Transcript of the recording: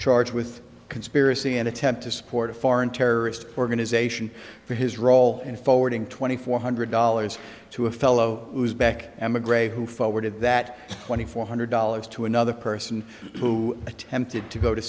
charged with conspiracy in attempt to support a foreign terrorist organization for his role in forwarding twenty four hundred dollars to a fellow who's back emigre who forwarded that twenty four hundred dollars to another person who attempted to go to